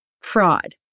fraud